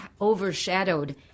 overshadowed